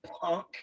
punk